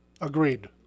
Agreed